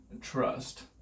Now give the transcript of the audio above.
trust